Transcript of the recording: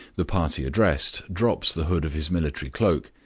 the party addressed drops the hood of his military cloak,